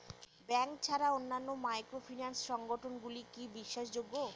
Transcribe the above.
Bank ছাড়া অন্যান্য microfinance সংগঠন গুলি কি বিশ্বাসযোগ্য?